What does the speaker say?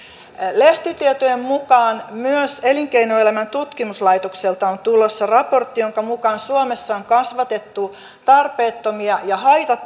lehtitietojen mukaan myös elinkeinoelämän tutkimuslaitokselta on tulossa raportti jonka mukaan suomessa on kasvatettu tarpeettomia ja